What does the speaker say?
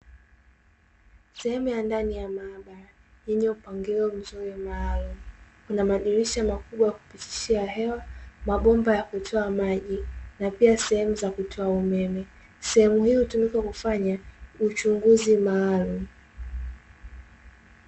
Sehemu ya ndani ya maabara yenye mpangilio mzuri maalumu, kuna madirisha makubwa ya kupitisha hewa, mabomba ya kutoa maji na pia sehemu za kutoa umeme, sehemu hii hutumika kufanya uchunguzi maalumu.